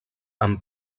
amb